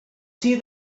see